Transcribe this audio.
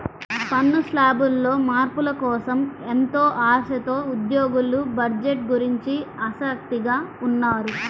పన్ను శ్లాబుల్లో మార్పుల కోసం ఎంతో ఆశతో ఉద్యోగులు బడ్జెట్ గురించి ఆసక్తిగా ఉన్నారు